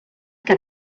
que